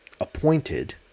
appointed